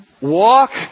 walk